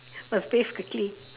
must bathe quickly